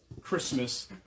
Christmas